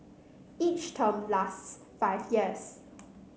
each term lasts five years